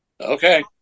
Okay